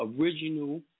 original